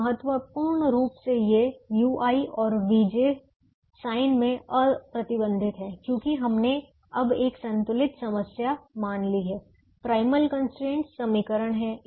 महत्वपूर्ण रूप से ये ui और vj साइन में अप्रतिबंधित हैं क्योंकि हमने अब एक संतुलित समस्या मान ली है प्राइमल कंस्ट्रेंटस समीकरण हैं